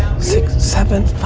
six, seven,